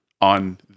on